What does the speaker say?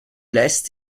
lässt